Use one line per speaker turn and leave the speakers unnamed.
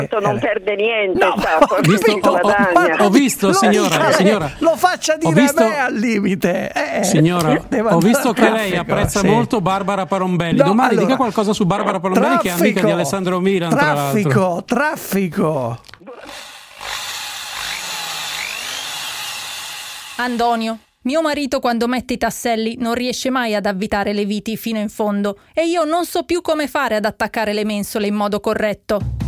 Tanto non
Eh,
perde niente,
no,
sa,
ho
forse si
Ho-
capito,
ho-
guadagna.
guardi,
ho visto, signora,
lo- eh,
signora.
lo faccia
Ho
dire a
visto-
me al limite, eh,
Signora,
devo
ho
andare
visto
al
che lei
traffico,
apprezza
sì.
molto Barbara Parombelli.
No,
Domani dica
allora,
qualcosa su Barbara Parombelli,
traffico,
che è amica di Alessandro Milan,
traffico,
tra l'altro.
traffico.
Antonio, mio marito quando mette i tasselli non riesce mai ad avvitare le viti fino in fondo e io non so più come fare ad attaccare le mensole in modo corretto.